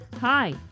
Hi